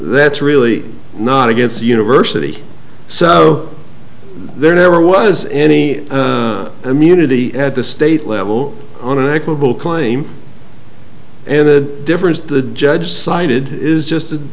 that's really not against the university so there never was any immunity at the state level on an equitable claim and the difference the judge cited is just a